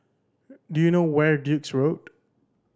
do you know where is Duke's Road